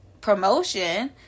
promotion